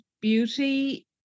beauty